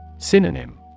Synonym